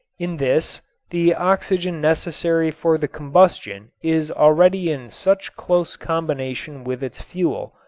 in this the oxygen necessary for the combustion is already in such close combination with its fuel,